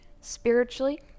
spiritually